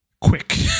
quick